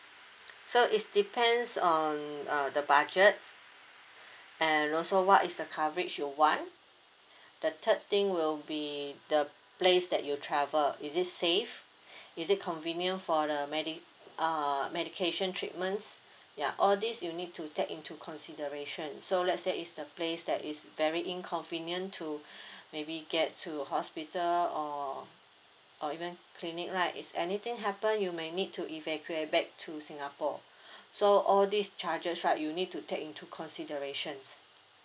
so is depends on uh the budget and also what is the coverage your want the third thing will be the place that you travel is it safe is it convenient for the medi~ uh medication treatments ya all this you need to take into consideration so let's say is the place that is very inconvenient to maybe get to hospital or or even clinic right is anything happen you may need to evacuate back to singapore so all these charges right you need to take into considerations